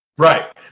Right